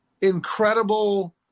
incredible